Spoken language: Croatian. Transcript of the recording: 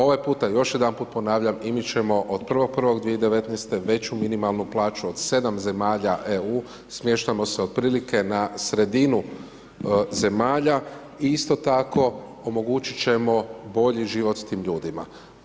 Ovaj puta, još jedanput ponavljam, i mi ćemo od 1.1.2019. veću minimalnu plaću od 7 zemalja EU, smještamo se otprilike na sredinu zemalja i isto tako omogućiti ćemo bolji život tim ljudima.